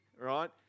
right